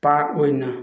ꯄꯥꯠ ꯑꯣꯏꯅ